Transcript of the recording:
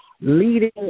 leading